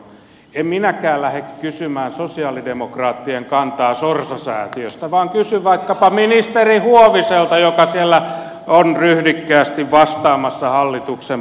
en minäkään lähde kysymään sosialidemokraattien kantaa sorsa sää tiöstä vaan kysyn vaikkapa ministeri huoviselta joka siellä on ryhdikkäästi vastaamassa hallituksen puolesta